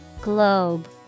GLOBE